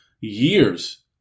years